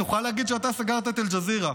תוכל להגיד שאתה סגרת את אל-ג'זירה.